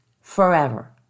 forever